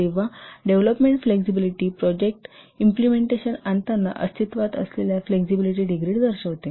तेव्हा development flexibility project implementation आणताना अस्तित्वात असलेल्या फ्लेक्सिबिलिटी डिग्री दर्शवते